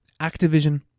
Activision